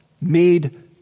made